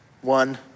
One